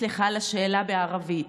"סליחה על השאלה" בערבית.